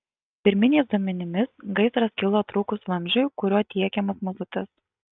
pirminiais duomenimis gaisras kilo trūkus vamzdžiui kuriuo tiekiamas mazutas